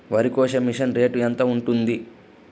వరికోసే machine rate ఎంత ఉంటుంది?